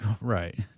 Right